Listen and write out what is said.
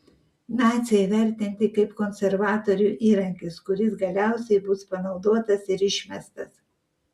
naciai vertinti kaip konservatorių įrankis kuris galiausiai bus panaudotas ir išmestas